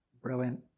Brilliant